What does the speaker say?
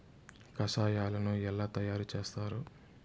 కషాయాలను ఎలా తయారు చేస్తారు?